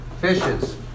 fishes